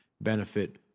benefit